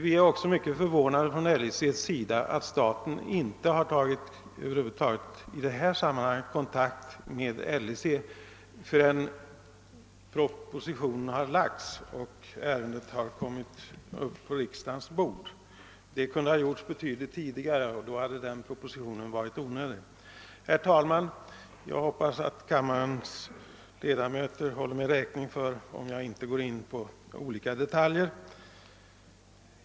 Vi är också förvånade inom LIC över att staten inte har tagit kontakt med LIC förrän propositionen har lagts fram och ärendet därmed har kommit på riksdagens bord. Om det hade gjorts betydligt tidigare, hade propositionen varit onödig. Herr talman! Jag hoppas att kammarens ledamöter håller mig räkning för att jag inte går in på olika detaljer.